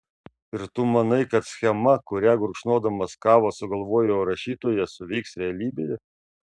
ir tu manai kad schema kurią gurkšnodamas kavą sugalvojo rašytojas suveiks realybėje